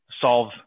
solve